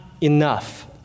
enough